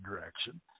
direction